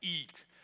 Eat